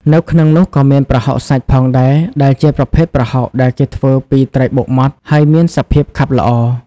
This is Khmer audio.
នៅក្នុងនោះក៏មាន ប្រហុកសាច់ ផងដែរ ដែលជាប្រភេទប្រហុកដែលគេធ្វើពីត្រីបុកម៉ដ្ឋ ហើយមានសភាពខាប់ល្អ។